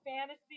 fantasy